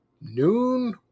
noon